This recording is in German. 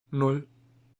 nan